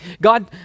God